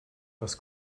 was